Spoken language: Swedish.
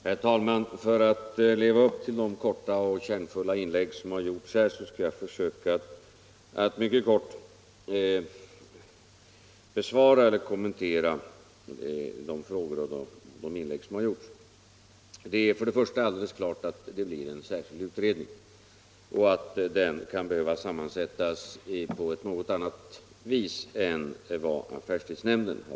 Herr talman! Efter de föregående talarnas korta och kärnfulla inlägg skall jag försöka att mycket kortfattat besvara eller kommentera de frågor och uttalanden som gjorts. Det är först och främst alldeles klart att det blir en särskild utredning och att dess sammansättning kan behöva bli en annan än affärstidsnämndens.